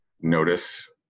notice